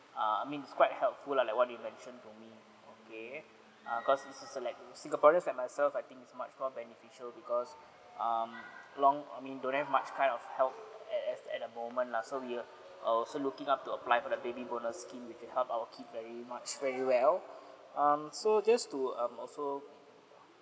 err I mean is quite helpful lah like what you mention to me okay uh cause this is like singaporeans like myself I think is more beneficial because um long I mean don't have much kind of help at at at the moment lah so we are also looking up to apply for the baby bonus scheme it will help our kid very much very well um so just to um also